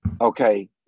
okay